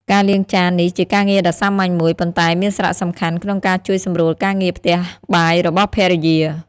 ការលាងចាន នេះជាការងារដ៏សាមញ្ញមួយ ប៉ុន្តែមានសារៈសំខាន់ក្នុងការជួយសម្រួលការងារផ្ទះបាយរបស់ភរិយា។